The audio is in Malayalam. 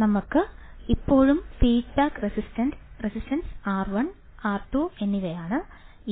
ഞങ്ങൾക്ക് ഇപ്പോഴും ഫീഡ്ബാക്ക് റെസിസ്റ്റൻസ് R1 R2 എന്നിവയുണ്ട്